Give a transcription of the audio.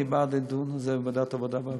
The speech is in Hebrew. אני בעד לדון בזה בוועדת העבודה והרווחה,